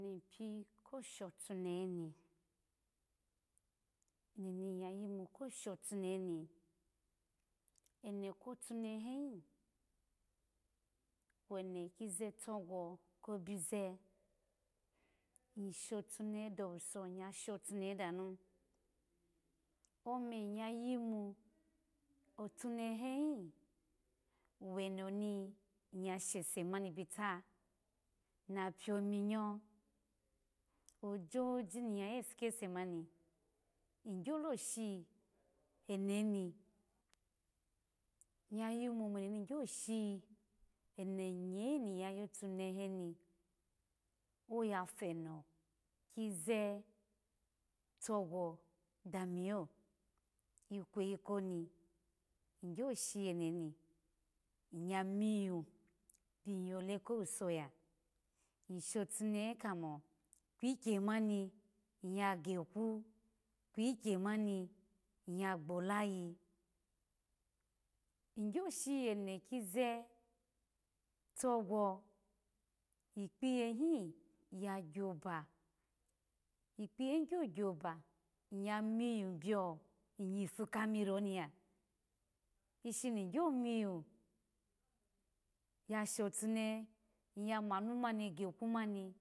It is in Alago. Eno ni tu koshotunehe mi eno ni iya yimu koshotunehe ni eno kotunehe hi weno kizi togwo kobize ishotenehe dowuso iya shotunehe danu ome iya yimu atunehehi weno i iya shese mani bita ma piyominyo ojoji niyaya ipu kese mani igyolo shi enoni iya yimu mo eno ni gyo shi eno nye niya yotuneheni oya feno kizi tagwo da miyo ikweyi koni lgyoshi eno ni iya miyu ikweyi koni igyoshi eno ni iya miyu ikweyi iya geku kwikymani iya gbolayi igyoshi eno kizi togwo ikpiyehi ya gyoba ikpiye gyoba ita miyu biyo ipu ya gyoba ikpiye gyoba iya miyu biyo ipu kamiri oni ya ishini igyo miyu ya shotunehe iya manu mani ni geku mani